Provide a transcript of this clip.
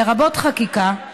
לרבות חקיקה,